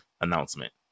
announcement